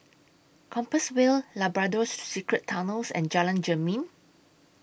Compassvale Labrador Secret Tunnels and Jalan Jermin